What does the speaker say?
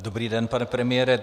Dobrý den, pane premiére.